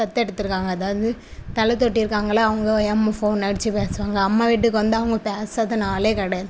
தத்தெடுத்திருக்காங்க அதாவது தலை தொட்டு இருக்காங்கள்ளா அவங்க எம்ம ஃபோன் அடிச்சு பேசுவாங்க அம்மா வீட்டுக்கு வந்தால் அவங்க பேசாத நாளே கிடையாது